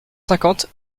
cinquante